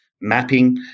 mapping